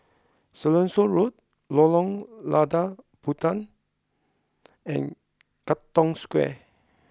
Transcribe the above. Siloso Road Lorong Lada Puteh and Katong Square